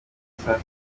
saa